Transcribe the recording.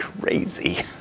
crazy